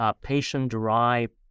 patient-derived